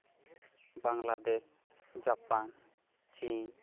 Bangladesh Japan ᱪᱤᱱ